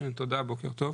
תודה, בוקר טוב.